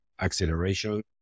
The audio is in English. acceleration